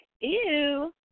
ew